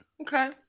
Okay